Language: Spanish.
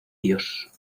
dios